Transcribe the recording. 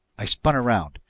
i spun around.